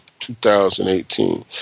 2018